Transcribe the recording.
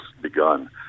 begun